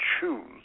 choose